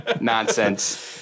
Nonsense